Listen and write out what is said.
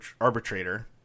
arbitrator